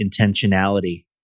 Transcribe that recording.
intentionality